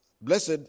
blessed